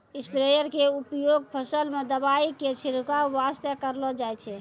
sprayer के उपयोग फसल मॅ दवाई के छिड़काब वास्तॅ करलो जाय छै